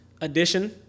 edition